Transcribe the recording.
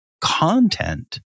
content